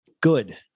Good